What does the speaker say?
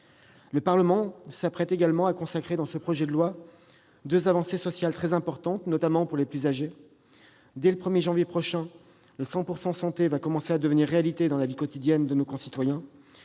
Le Parlement s'apprête également à consacrer dans ce projet de loi deux avancées sociales très importantes, particulièrement pour les personnes âgées. Dès le 1 janvier prochain, le 100 % santé commencera à devenir réalité dans la vie quotidienne de tous les